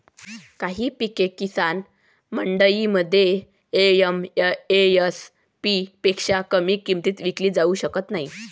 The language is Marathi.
काही पिके किसान मंडईमध्ये एम.एस.पी पेक्षा कमी किमतीत विकली जाऊ शकत नाहीत